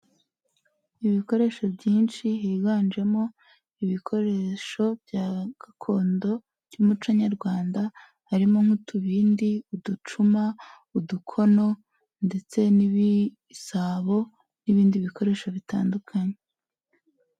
Ibikoresho byinshi higanjemo ibikoresho bya gakondo by'umuco nyarwanda, harimo nk'utubindi uducuma udukono ndetse n'ibisabo, n'ibindi bikoresho bitandukanye.